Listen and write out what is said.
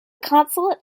consulate